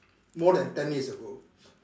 more than ten years ago